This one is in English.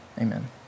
Amen